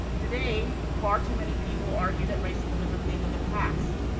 today, far too many people argue that racism is a thing of the past,